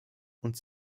und